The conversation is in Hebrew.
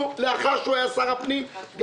לאחר שהוא התמנה להיות שם הפנים ישבנו,